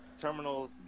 terminals